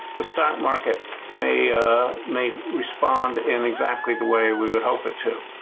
the stock market may ah may respond in exactly the way we would hope it to.